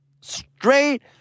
Straight